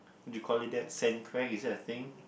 do you call it that sand crack is that a thing